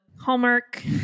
Hallmark